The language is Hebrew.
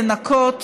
לנקות,